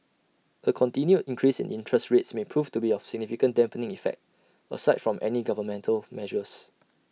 A continued increase in interest rates may prove to be of significant dampening effect aside from any governmental measures